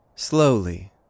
Slowly